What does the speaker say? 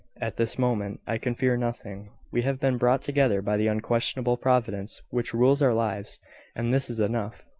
at this moment i can fear nothing. we have been brought together by the unquestionable providence which rules our lives and this is enough.